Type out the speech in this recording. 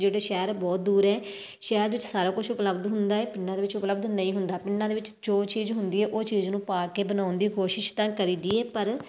ਜਿਹੜੇ ਸ਼ਹਿਰ ਬਹੁਤ ਦੂਰ ਹੈ ਸ਼ਹਿਰ ਵਿੱਚ ਸਾਰਾ ਕੁਛ ਉਪਲਬਧ ਹੁੰਦਾ ਹੈ ਪਿੰਡਾਂ ਦੇ ਵਿੱਚ ਉਪਲਬਧ ਨਹੀਂ ਹੁੰਦਾ ਪਿੰਡਾਂ ਦੇ ਵਿੱਚ ਜੋ ਚੀਜ਼ ਹੁੰਦੀ ਹੈ ਉਹ ਚੀਜ਼ ਨੂੰ ਪਾ ਕੇ ਬਣਾਉਣ ਦੀ ਕੋਸ਼ਿਸ਼ ਤਾਂ ਕਰੀ ਦੀ ਹੈ ਪਰ